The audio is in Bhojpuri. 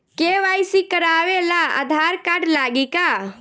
के.वाइ.सी करावे ला आधार कार्ड लागी का?